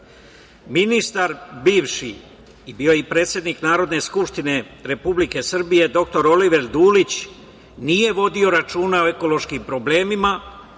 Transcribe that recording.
ministar bivši, a bio je i predsednik Narodne skupštine Republike Srbije, doktor Oliver Dulić nije vodio računa o ekološkim problemima.